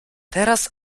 teraz